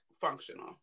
functional